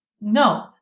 no